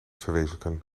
verwezenlijken